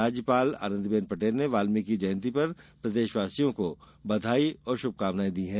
राज्यपाल आनंदीबेन पटेल ने वाल्मीकी जयंती पर प्रदेशवासियों को बधाई और शुभकामनाएँ दी हैं